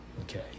okay